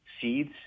seeds